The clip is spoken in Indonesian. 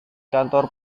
kantor